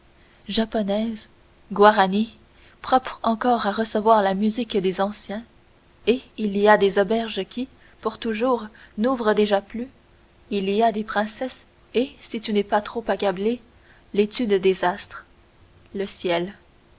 japonaises guaranies propres encore à recevoir la musique des anciens et il y a des auberges qui pour toujours n'ouvrent déjà plus il y a des princesses et si tu n'es pas trop accablé l'étude des astres le ciel